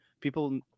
People